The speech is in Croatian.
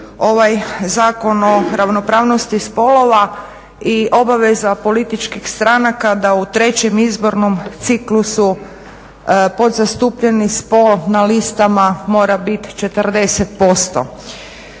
ovaj Zakon o ravnopravnosti spolova i obaveza političkih stranka da u trećem izbornom ciklusu podzastupljeni spol na listama mora biti 40%.